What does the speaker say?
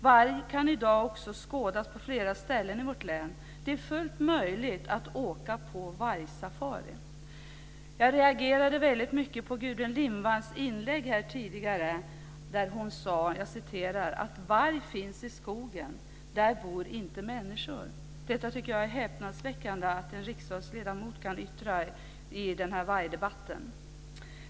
Varg kan i dag skådas på flera ställen i vårt län, och det är fullt möjligt att åka på vargsafari. Jag reagerade väldigt mycket mot Gudrun Lindvalls tidigare inlägg där hon sade att vargar finns i skogen och där bor inte människor. Jag tycker att det är häpnadsväckande att en riksdagsledamot kan yttra något sådant i den här vargdebatten.